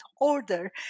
order